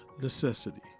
necessity